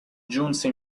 giunse